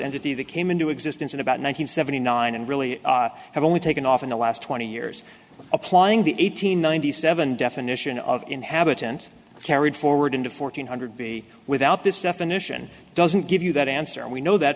entity that came into existence in about one hundred seventy nine and really have only taken off in the last twenty years applying the eight hundred ninety seven definition of inhabitant carried forward into fourteen hundred b without this definition doesn't give you that answer and we know that